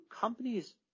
companies